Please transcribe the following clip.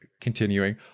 Continuing